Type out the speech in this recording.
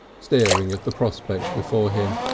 staring at the prospect before him.